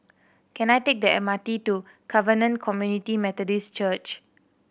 can I take the M R T to Covenant Community Methodist Church